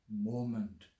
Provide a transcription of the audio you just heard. moment